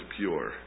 pure